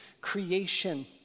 creation